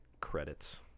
credits